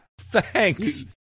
Thanks